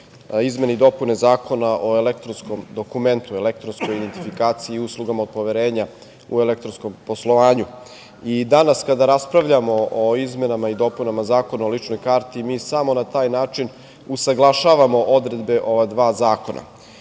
izmene i dopune Zakona o elektronskom dokumentu, elektronskoj identifikaciji i uslugama od poverenja u elektronskom poslovanju. Danas kada raspravljamo o izmenama i dopunama Zakona o ličnoj karti, mi samo na taj način usaglašavamo odredbe ova dva zakona. Član